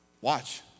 Watch